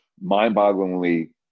mind-bogglingly